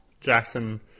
Jackson